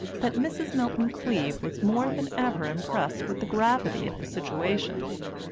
that mrs. milton-cleave was more than ever impressed with the gravity of the situation.